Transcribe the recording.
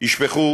ישפכו